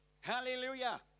Hallelujah